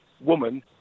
woman